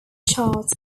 charts